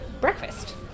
breakfast